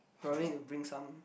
probably need to bring some